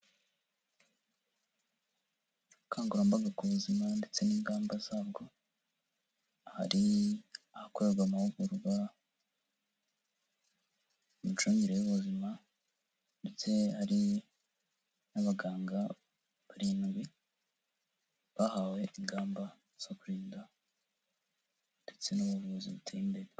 Ubukangurambaga ku buzima ndetse n'ingamba zabwo hari ahakorerwa amahugurwa Imicungire y'ubuzima ndetse hari n'abaganga barindwi bahawe ingamba zo kurinda ndetse n'ubuvuzi butemewe.